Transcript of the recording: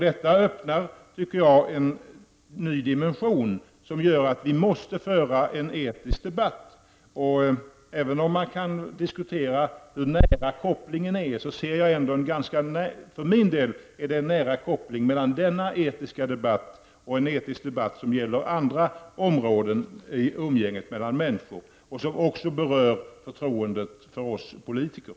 Detta ger en ny dimension, som gör att vi måste föra en etisk debatt. Man kan diskutera hur nära kopplingen är, men jag anser för min del att det är en mycket nära koppling mellan denna etiska debatt och den etiska debatten om andra områden i umgänget människor emellan, en debatt som också berör förtroendet för oss politiker.